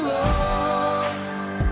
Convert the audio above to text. lost